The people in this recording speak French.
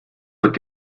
votre